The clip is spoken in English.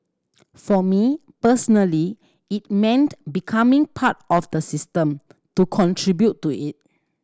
for me personally it meant becoming part of the system to contribute to it